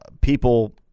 People